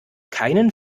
keinen